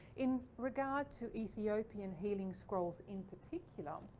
in regard to ethiopian healing scrolls in particular,